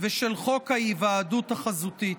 ושל חוק ההיוועדות החזותית.